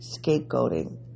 scapegoating